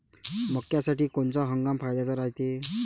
मक्क्यासाठी कोनचा हंगाम फायद्याचा रायते?